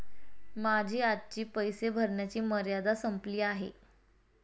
माझी आजची पैसे भरण्याची मर्यादा संपली आहे